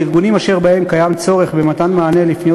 בארגונים אשר בהם קיים צורך במתן מענה לפניות